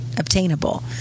obtainable